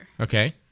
Okay